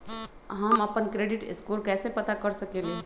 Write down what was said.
हम अपन credit score कैसे पता कर सकेली?